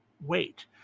wait